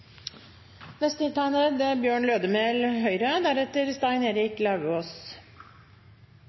neste år. Representanten Stein Erik Lauvås